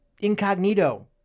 incognito